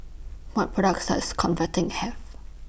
What products Does Convatec Have